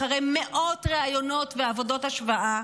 אחרי מאות ראיונות ועבודות השוואה,